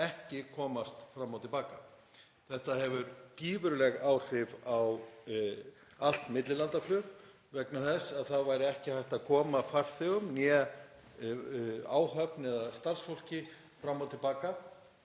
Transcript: ekki komast fram og til baka. Þetta hefði gífurleg áhrif á allt millilandaflug vegna þess að þá væri ekki hægt að koma farþegum eða áhöfn eða starfsfólki fram og til baka.